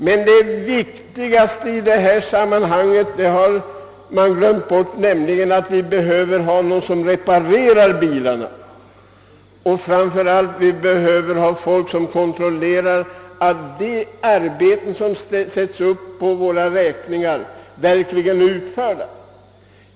Men det viktigaste i samnianhanget har man glömt bort, nämligen att vi behöver folk som reparerar bilarna och inte minst folk som kontrollerar att de arbeten som sätts upp på räkningarna verkligen är utförda.